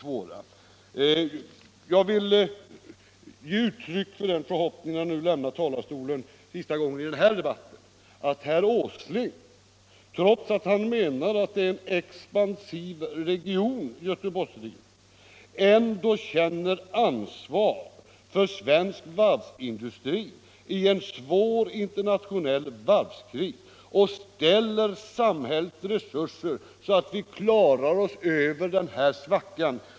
När jag nu lämnar talarstolen för sista gången i den här debatten vill jag uttrycka förhoppningen att herr Åsling, trots att han anser att Göteborgsregionen är en expansiv region, ändå känner ansvar för varvsindustrin i en svår internationell varvskris och ställer samhällets resurser till förfogande, så att vi klarar oss över den här svackan.